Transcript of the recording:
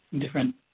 different